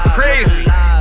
crazy